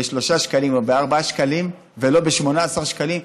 ב-3 שקלים או ב-4 שקלים ולא ב-18 שקלים,